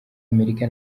amerika